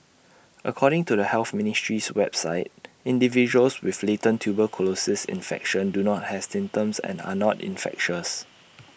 according to the health ministry's website individuals with latent tuberculosis infection do not have symptoms and are not infectious